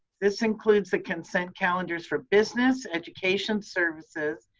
this includes the consent calendars for business, education services,